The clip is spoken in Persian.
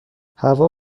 هوا